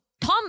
Tom